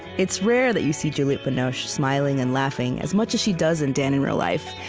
it's rare that you see juliette binoche smiling and laughing as much as she does in dan in real life,